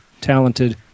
talented